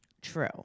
true